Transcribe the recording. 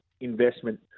investment